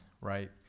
right